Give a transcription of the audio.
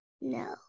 no